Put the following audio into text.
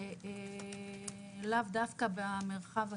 שלאו דווקא במרחב הכיתה,